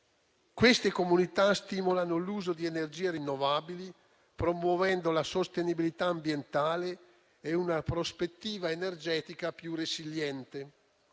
Queste comunità stimolano l'uso di energie rinnovabili, promuovendo la sostenibilità ambientale e una prospettiva energetica più resiliente.